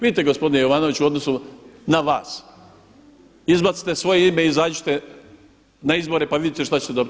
Vidite gospodine Jovanoviću, u odnosu na vas izbacite svoje ime i izađite na izbore pa vidite šta ćete dobiti.